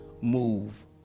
move